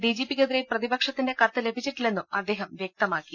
ഡിജിപിക്കെതിരെ പ്രതിപക്ഷത്തിന്റെ കത്ത് ലഭിച്ചിട്ടില്ലെന്നും അദ്ദേഹം വ്യക്തമാക്കി